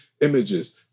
images